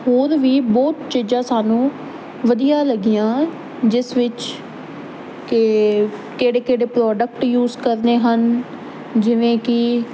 ਹੋਰ ਵੀ ਬਹੁਤ ਚੀਜ਼ਾਂ ਸਾਨੂੰ ਵਧੀਆ ਲੱਗੀਆਂ ਜਿਸ ਵਿੱਚ ਕਿ ਕਿਹੜੇ ਕਿਹੜੇ ਪ੍ਰੋਡਕਟ ਯੂਜ ਕਰਨੇ ਹਨ ਜਿਵੇਂ ਕਿ